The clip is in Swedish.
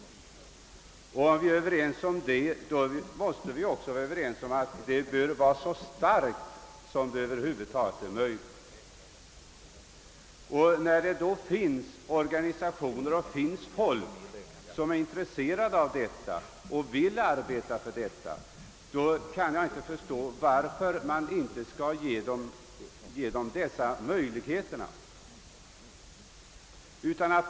Om vi är ense om detta måste vi också vara överens om att detta bör vara så starkt som över huvud taget är möjligt. När det då finns män och kvinnor i organisationer som är intresserade och vill arbeta för saken, kan jag inte förstå varför man inte skall ge dem möjlighet därtill.